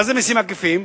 מה זה מסים עקיפים?